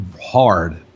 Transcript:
hard